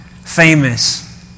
famous